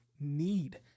need